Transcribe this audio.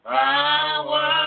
power